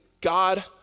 God